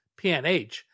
PNH